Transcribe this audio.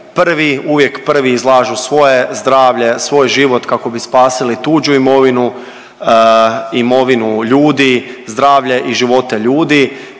prvi, uvijek prvi izlažu svoje zdravlje, svoj život kako bi spasili tuđu imovinu, imovinu ljudi, zdravlje i živote ljudi